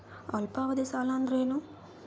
ಅಲ್ಪಾವಧಿ ಸಾಲ ಅಂದ್ರ ಏನು?